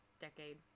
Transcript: decade